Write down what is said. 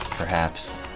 perhaps.